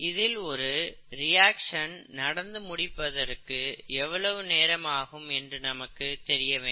இதில் ஒரு ரியக்சன் நடந்து முடிப்பதற்கு எவ்வளவு நேரம் ஆகும் என்று நமக்கு தெரிய வேண்டும்